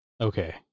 Okay